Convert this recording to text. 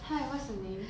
hi what's your name